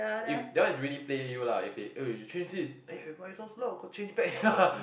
if that one is really play you lah if they oh you change this eh why you so slow go change back ah